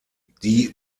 die